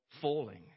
falling